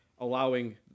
Allowing